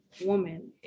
woman